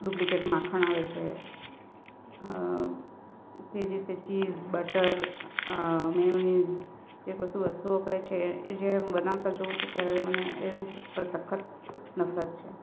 duplicate માખણ આવે છે તે જે ચીઝ બટર મેયોનીઝ એ બધી વસ્તુઓ વપરાય છે જે હું બનાવતા જોઉં છું ત્યારે મને એની ઉપર સખત નફરત છે